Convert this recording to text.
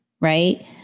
right